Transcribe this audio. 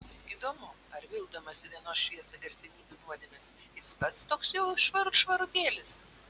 įdomu ar vilkdamas į dienos šviesą garsenybių nuodėmes jis pats toks jau švarut švarutėlis